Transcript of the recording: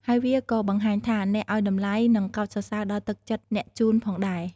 ហើយវាក៏បង្ហាញថាអ្នកឱ្យតម្លៃ និងកោតសរសើរដល់ទឹកចិត្តអ្នកជូនផងដែរ។